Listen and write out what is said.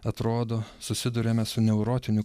atrodo susiduriame su neurotiniu